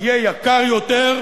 יהיה יקר יותר,